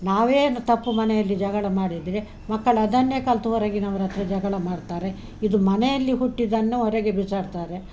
ನಾವೇನು ತಪ್ಪು ಮನೆಯಲ್ಲಿ ಜಗಳ ಮಾಡಿದರೆ ಮಕ್ಕಳ ಅದನ್ನೇ ಕಲಿತು ಹೊರಗಿನವರ ಹತ್ರ ಜಗಳ ಮಾಡ್ತಾರೆ ಇದು ಮನೆಯಲ್ಲಿ ಹುಟ್ಟಿದನ್ನ ಹೊರಗೆ ಬಿಸಾಡ್ತಾರೆ